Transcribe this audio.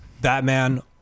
Batman